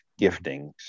giftings